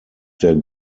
der